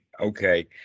okay